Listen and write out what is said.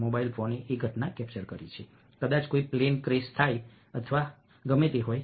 mobile phone એ ઘટના capture કરી છે કદાચ કોઈ પ્લેન ક્રેશ અથવા ગમે તે હોય